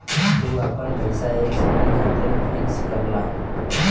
तू आपन पइसा एक समय खातिर फिक्स करला